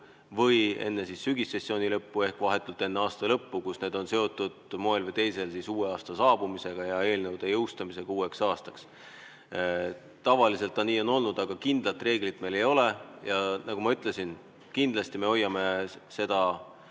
või enne sügissessiooni lõppu ehk vahetult enne aasta lõppu, sest siis on need seotud moel või teisel uue aasta saabumisega ja eelnõude jõustamisega uuest aastast. Tavaliselt on nii olnud, aga kindlat reeglit meil ei ole. Nagu ma ütlesin, kindlasti me hoiame seda